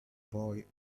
boy